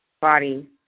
body